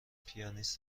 پیانیست